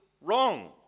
wrong